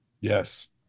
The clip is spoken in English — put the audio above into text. Yes